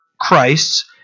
Christ's